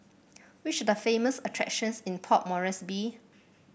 which the famous attractions in Port Moresby